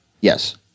Yes